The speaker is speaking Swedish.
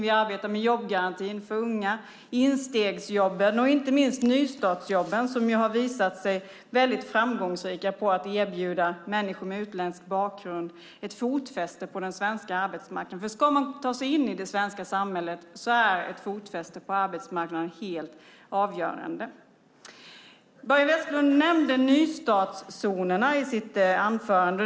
Vi arbetar med jobbgarantin för unga, med instegsjobben och inte minst med nystartsjobben som har visat sig vara framgångsrika när det gäller att erbjuda människor med utländsk bakgrund ett fotfäste på den svenska arbetsmarknaden. Om man ska ta sig in i det svenska samhället är ett fotfäste på arbetsmarknaden helt avgörande. Börje Vestlund nämnde nystartszonerna i sitt anförande.